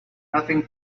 nothing